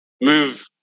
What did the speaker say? move